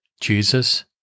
Jesus